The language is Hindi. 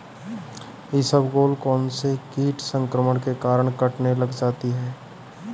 इसबगोल कौनसे कीट संक्रमण के कारण कटने लग जाती है?